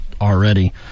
already